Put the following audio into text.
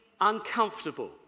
uncomfortable